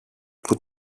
που